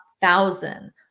thousand